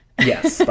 Yes